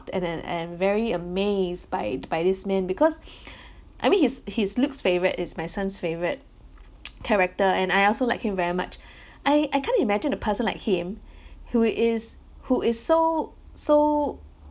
and then and very amazed by by this man because I mean he's he's luke's favourite is my son's favourite character and I also like him very much I I can't imagine a person like him who is who is so so